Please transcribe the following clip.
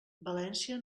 valència